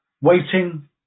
waiting